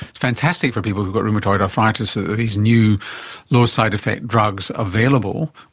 fantastic for people who've got rheumatoid arthritis are these new lower side-effect drugs available.